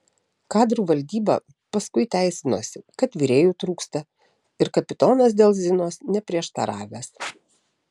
kadrų valdyba paskui teisinosi kad virėjų trūksta ir kapitonas dėl zinos neprieštaravęs